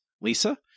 Lisa